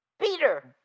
Peter